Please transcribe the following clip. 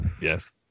yes